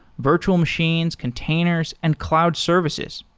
virtual machines, containers and cloud services.